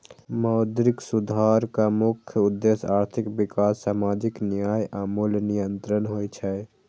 मौद्रिक सुधारक मुख्य उद्देश्य आर्थिक विकास, सामाजिक न्याय आ मूल्य नियंत्रण होइ छै